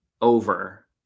over